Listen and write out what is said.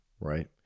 right